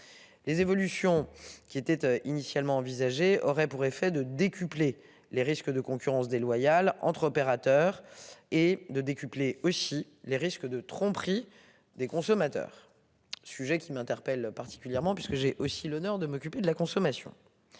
Les évolutions qui était initialement envisagée aurait pour effet de décupler les risques de concurrence déloyale entre opérateurs et de décupler aussi les risques de tromperie des consommateurs. Sujet qui m'interpelle particulièrement puisque j'ai aussi l'honneur de m'occuper de la consommation.